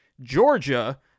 Georgia